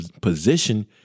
position